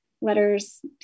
Letters